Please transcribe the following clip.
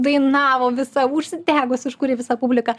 dainavo visa užsidegusi užkūrė visą publiką